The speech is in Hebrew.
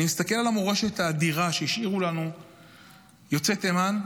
אני מסתכל על המורשת האדירה שהשאירו לנו יוצאי תימן,